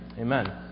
Amen